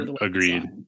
Agreed